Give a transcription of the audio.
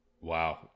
wow